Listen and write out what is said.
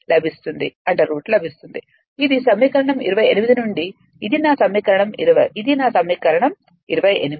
లభిస్తుంది ఇది సమీకరణం 28 నుండి ఇది నా సమీకరణం 20 ఇది నా సమీకరణం 28